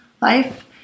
life